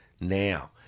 now